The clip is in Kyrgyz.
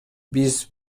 биз